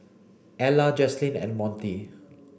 Ela Jaslene and Monte